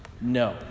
no